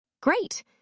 great